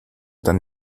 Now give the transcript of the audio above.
dann